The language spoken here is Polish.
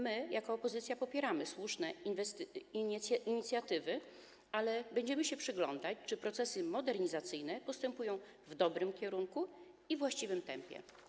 My jako opozycja popieramy słuszne inicjatywy, ale będziemy się przyglądać, czy procesy modernizacyjne postępują w dobrym kierunku i we właściwym tempie.